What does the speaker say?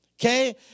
Okay